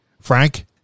Frank